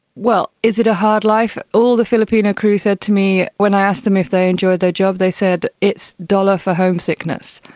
well, is it a hard life? all the filipino crew said to me when i asked them if they enjoyed their job, they said it's dollar for homesickness.